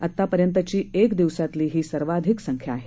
आतापर्यंतची एका दिवसातली ही सर्वाधिक संख्या आहेत